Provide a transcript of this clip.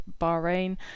Bahrain